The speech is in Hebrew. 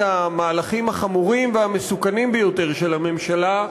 המהלכים החמורים והמסוכנים ביותר של הממשלה,